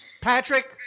Patrick